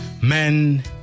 Men